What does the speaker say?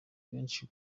benshi